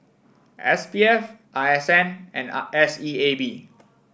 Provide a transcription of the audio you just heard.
S P F R S N and R S E A B